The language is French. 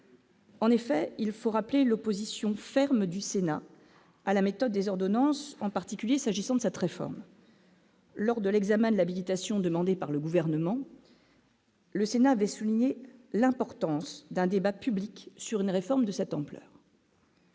En effet, il faut rappeler l'opposition ferme du Sénat à la méthode des ordonnances en particulier s'agissant de cette réforme. Lors de l'examen de l'habilitation demandée par le gouvernement. Le Sénat avait souligné l'importance d'un débat public sur une réforme de cette ampleur.